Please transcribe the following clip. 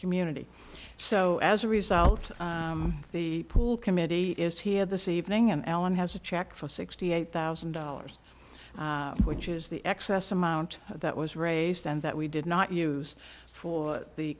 community so as a result the full committee is here this evening and allen has a check for sixty eight thousand dollars which is the excess amount that was raised and that we did not use for the